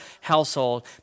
household